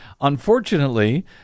Unfortunately